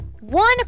one